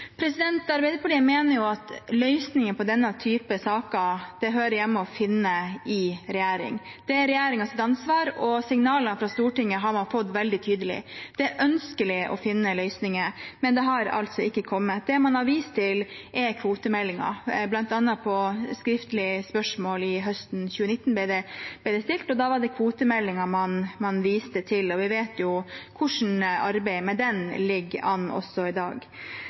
Arbeiderpartiet mener at løsningen på denne typen saker hører hjemme hos regjeringen. Det er regjeringens ansvar, og signalene de har fått fra Stortinget, har vært veldig tydelige. Det er ønskelig å finne løsninger, men de har altså ikke kommet. Det man har vist til, er kvotemeldingen. Blant annet ble det stilt skriftlig spørsmål høsten 2019, og da var det kvotemeldingen man viste til. Vi vet jo hvordan arbeidet med den ligger an også i dag.